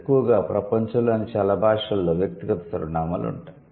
ఎక్కువగా ప్రపంచంలోని చాలా భాషలలో వ్యక్తిగత సర్వనామాలు ఉంటాయి